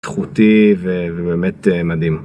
תחרותי ובאמת מדהים.